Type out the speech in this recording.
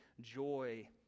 joy